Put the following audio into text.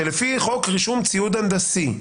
שלפי חוק רישום ציוד הנדסי,